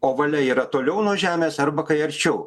ovale yra toliau nuo žemės arba kai arčiau